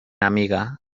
amiga